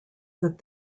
that